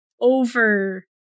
over